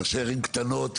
ראשי ערים קטנות,